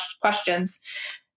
questions